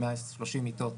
130 מיטות,